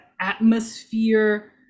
atmosphere